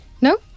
No